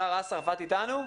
הדר אסרף איתנו?